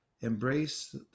embrace